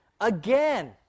again